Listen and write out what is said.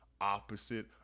opposite